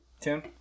Two